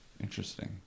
Interesting